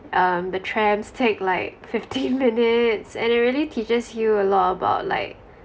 um the trams take like fifteen minutes and it really teaches you a lot about like